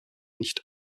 nicht